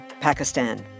Pakistan